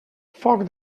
foc